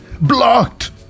BLOCKED